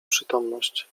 przytomność